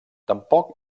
tampoc